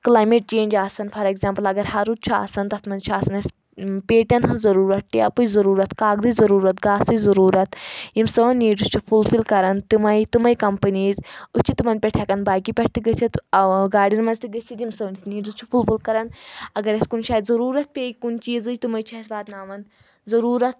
climate change آسان for example اگر ہَرُد چھُ آسان تَتھ منٛز چھُ آسان اَسہِ پیٹھ ہٕنٛز ضٔروٗرتھ ٹایپٕچ ضٔروٗرت کاغٕدچ ضروٗرت گاسٕچ ضٔروٗرت یِم سٲنۍ نیٖڈٕس چھِ فُلفِل کَران تِمے تِمے کَمپٔنیٖز أسۍ چھِ تِمَن پؠٹھ ہؠکان بایٚکہِ پؠٹھ تہِ گٔژھِتھ گاڑؠن منٛز تہِ گٔژھِتھ یِم سٲنِس نیٖڈٕس چھِ فُلفِل کَرَان اگر اَسہِ کُنہِ جایہِ ضٔروٗرت پیٚہ کُنہِ چیٖزٕچ تِمٕے چھِ اَسہِ واتناوَان ضروٗرتھ شُکریہ